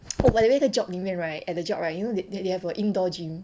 oh by the way the job 里面 right at the job right you know they they have a indoor gym